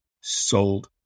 sold